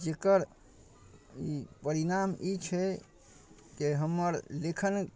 जकर परिणाम ई छै कि हमर लेखन